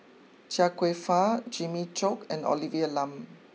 Chia Kwek Fah Jimmy Chok and Olivia Lum